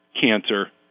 cancer